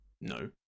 no